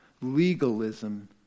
Legalism